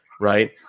right